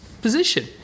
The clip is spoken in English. position